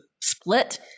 split